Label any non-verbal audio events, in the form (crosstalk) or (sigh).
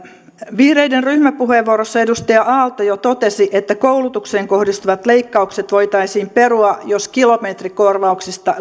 vihreiden ryhmäpuheenvuorossa edustaja aalto jo totesi että koulutukseen kohdistuvat leikkaukset voitaisiin perua jos kilometrikorvauksesta (unintelligible)